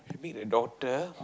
meet the doctor